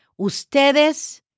ustedes